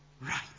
right